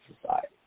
society